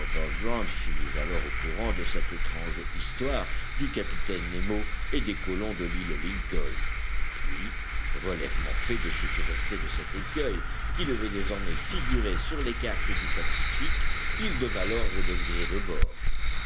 mis alors au courant de cette étrange histoire du capitaine nemo et des colons de l'île lincoln puis relèvement fait de ce qui restait de cet écueil qui devait désormais figurer sur les cartes du pacifique il donna l'ordre de virer de bord